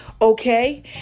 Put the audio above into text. okay